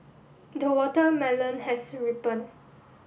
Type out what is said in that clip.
the watermelon has ripened